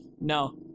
no